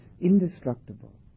indestructible